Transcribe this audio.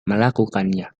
melakukannya